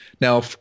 Now